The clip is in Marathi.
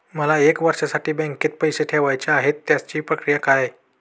मला एक वर्षासाठी बँकेत पैसे ठेवायचे आहेत त्याची प्रक्रिया काय?